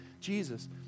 jesus